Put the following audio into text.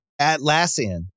Atlassian